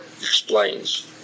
explains